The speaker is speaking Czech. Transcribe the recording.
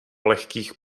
lehkých